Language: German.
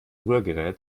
rührgerät